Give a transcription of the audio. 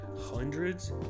hundreds